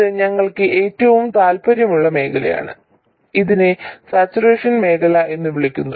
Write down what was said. ഇത് ഞങ്ങൾക്ക് ഏറ്റവും താൽപ്പര്യമുള്ള മേഖലയാണ് ഇതിനെ സാച്ചുറേഷൻ മേഖല എന്ന് വിളിക്കുന്നു